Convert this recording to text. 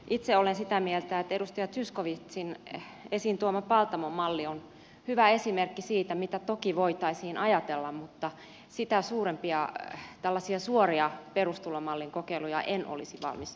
itse olen sitä mieltä että edustaja zyskowiczin esiin tuoma paltamon malli on hyvä esimerkki siitä mitä toki voitaisiin ajatella mutta sitä suurempia tällaisia suoria perustulomallikokeiluja en olisi valmis tukemaan